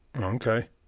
Okay